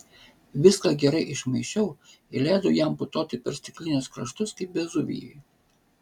viską gerai išmaišiau ir leidau jam putoti per stiklinės kraštus kaip vezuvijui